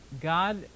God